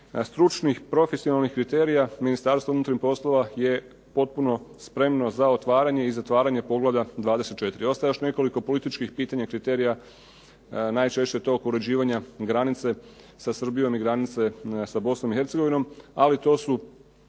stručnih, profesionalnih kriterija, Ministarstvo unutarnjih poslova je potpuno spremno za otvaranje i zatvaranje poglavlja 24. Ostaje još nekoliko političkih pitanja, kriterija, najčešće je to oko uređivanja granice sa Srbijom i granice sa Bosnom i Hercegovinom, ali to su